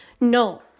No